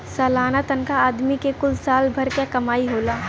सलाना तनखा आदमी के कुल साल भर क कमाई होला